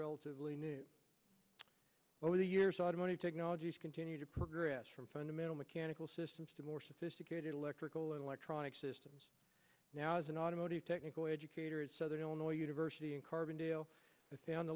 relatively new over the years automotive technologies continue to progress from fundamental mechanical systems to more sophisticated electrical electronic systems now as an automotive technical educator is southern illinois university in carbondale i found